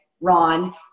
Ron